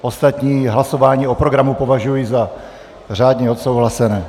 Ostatní hlasování o programu považuji za řádně odsouhlasené.